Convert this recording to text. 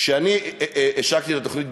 כשאני השקתי את התוכנית,